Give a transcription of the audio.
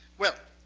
well,